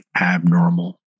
abnormal